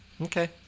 okay